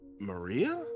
Maria